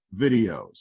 videos